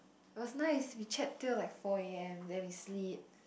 it was nice we chat till like four a_m then we sleep